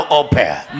open